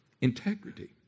integrity